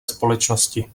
společnosti